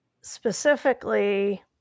specifically